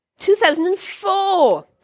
2004